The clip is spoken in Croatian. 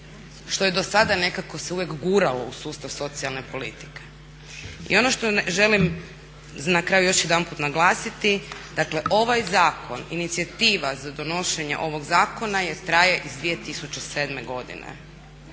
što je do sada nekako se uvijek guralo u sustav socijalne politike. I ono što želim na kraju još jedanput naglasiti, dakle ovaj zakon, inicijativa za donošenje ovog zakona traje iz 2007. godine